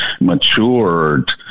matured